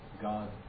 god